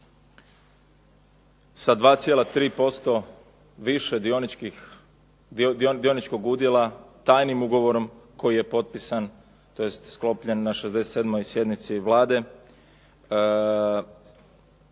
sa 2,3% više dioničkog udjela tajnim ugovorom koji je potpisan tj. sklopljen na 67. sjednici Vlade